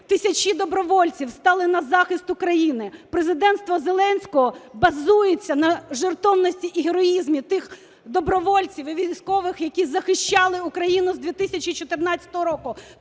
тисячі добровольців стали на захист України. Президентство Зеленського базується на жертовності і героїзмі тих добровольців і військових, які захищали Україну з 2014 року.